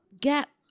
gap